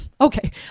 okay